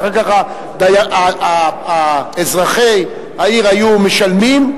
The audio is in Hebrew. ואחר כך אזרחי העיר היו משלמים,